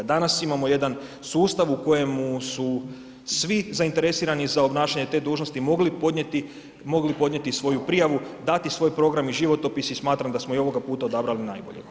Danas imamo jedan sustav u kojemu su svi zainteresirani za obnašanje te dužnosti mogli podnijeti svoju prijavu, dati svoj program i životopis i smatram da smo i ovoga puta odabrali najbolje.